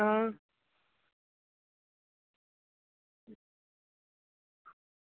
आं